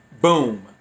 boom